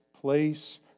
place